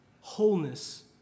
Wholeness